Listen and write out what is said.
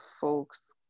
folks